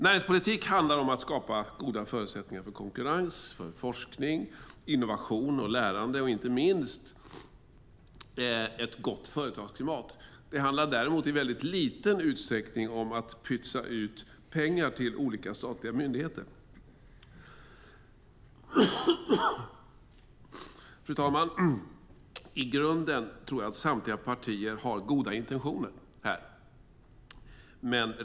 Näringspolitik handlar om att skapa goda förutsättningar för konkurrens, forskning, innovation, lärande och inte minst för ett gott företagsklimat. Det handlar däremot i liten utsträckning om att pytsa ut pengar till olika statliga myndigheter. Fru talman! I grunden har samtliga partier goda intentioner.